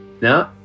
No